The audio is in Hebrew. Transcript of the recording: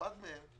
אחד מהם,